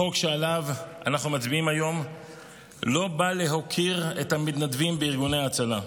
החוק שעליו אנחנו מצביעים היום לא בא להוקיר את המתנדבים בארגוני ההצלה.